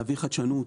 להביא חדשנות,